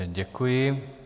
Děkuji.